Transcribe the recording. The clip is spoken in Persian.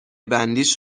بندیش